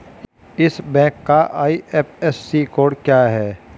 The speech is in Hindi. इस बैंक का आई.एफ.एस.सी कोड क्या है?